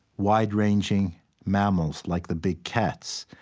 wide-ranging mammals like the big cats.